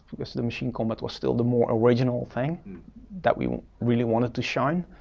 because the machine combat was still the more original thing that we really wanted to shine.